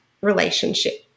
relationship